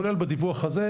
כולל בדיווח הזה,